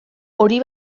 hori